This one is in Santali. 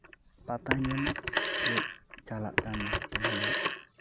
ᱯᱟᱛᱟ ᱧᱮᱞ ᱞᱮ ᱪᱟᱞᱟᱜ ᱠᱟᱱ ᱚᱠᱛᱚ ᱨᱮᱭᱟᱜ